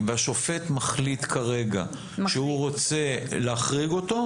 והשופט מחליט כרגע שהוא רוצה להחריג אותו,